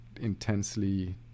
intensely